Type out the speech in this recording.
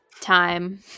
time